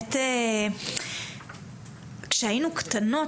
ובאמת כשהיינו קטנות,